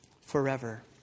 forever